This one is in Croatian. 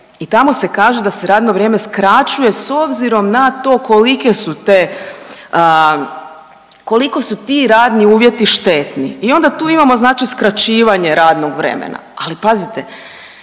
I tamo se kaže da se radno vrijeme skraćuje s obzirom na to kolike su te, koliko su ti radni uvjeti štetni. I onda tu imamo znači skraćivanje radnog vremena. Ali pazite,